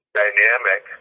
dynamic